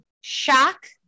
shock